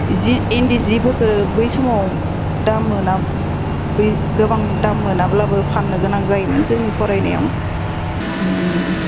जि इन्दि जिफोरखौ बै समाव दाम मोना बै गोबां दाम मोनाब्लाबो फान्नो गोनां जायोमोन जोंनि फरायनायाव